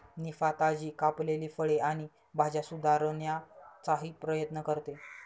निफा, ताजी कापलेली फळे आणि भाज्या सुधारण्याचाही प्रयत्न करते